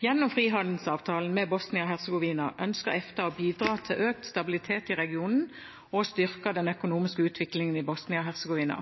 Gjennom frihandelsavtalen med Bosnia-Hercegovina ønsker EFTA å bidra til økt stabilitet i regionen og å styrke den økonomiske utviklingen i Bosnia-Hercegovina.